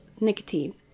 nicotine